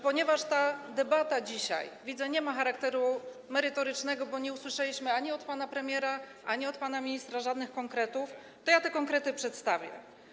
Ponieważ ta dzisiejsza debata, widzę, nie ma charakteru merytorycznego, bo nie usłyszeliśmy ani od pana premiera, ani od pana ministra żadnych konkretów, ja te konkrety przedstawię.